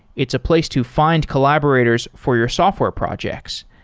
it's a place to find collaborators for your software projects.